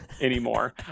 anymore